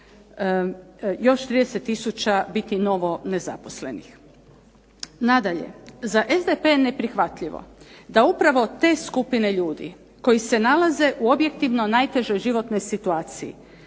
još 30 tisuća biti novo nezaposlenih. Nadalje, za SDP je neprihvatljivo da upravo te skupine ljudi koji se nalaze u objektivno najtežoj životnoj situaciji